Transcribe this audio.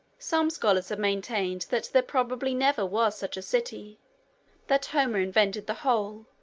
some scholars have maintained that there probably never was such a city that homer invented the whole,